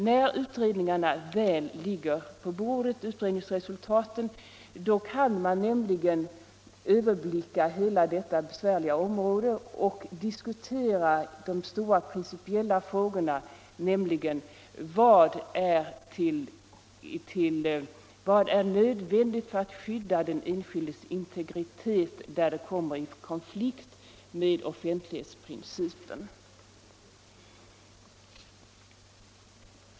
När utredningsresultaten väl ligger på bordet kan man nämligen överblicka hela detta besvärliga område och diskutera den stora, principiella frågan: Vad är nödvändigt för att skydda den enskildes integritet när den kommer i konflikt med offentlighetsprincipen?